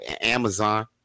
Amazon